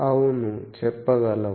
అవును చెప్పగలం